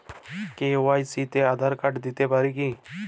KYC তে Aadhaar card দিতে পারি কি?